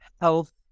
health